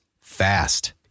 fast